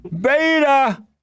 Beta